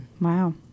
Wow